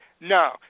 no